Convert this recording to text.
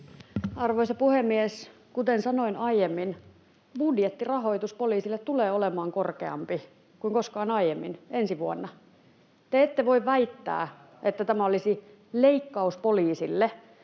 Arvoisa puhemies! Kuten sanoin aiemmin, ensi vuonna budjettirahoitus poliisille tulee olemaan korkeampi kuin koskaan aiemmin. Te ette voi väittää, että tämä olisi leikkaus poliisille.